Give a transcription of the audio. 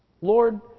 Lord